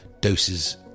doses